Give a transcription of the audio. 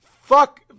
fuck